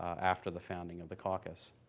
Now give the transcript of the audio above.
after the founding of the caucus.